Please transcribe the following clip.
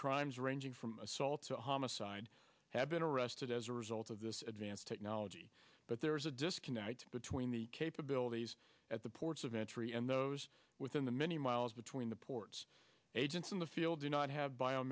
crimes ranging from assault to homicide have been arrested as a result of this advanced technology but there is a disconnect between the capabilities at the ports of entry and those within the many miles between the ports agents in the field do not have bio